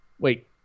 wait